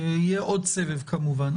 יהיה עוד סבב, כמובן.